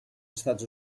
estats